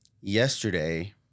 yesterday